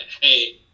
Hey